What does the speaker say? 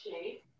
shape